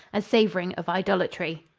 as savoring of idolatry.